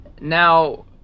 Now